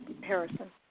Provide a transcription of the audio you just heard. Harrison